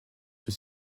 sur